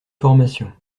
formation